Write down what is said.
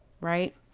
Right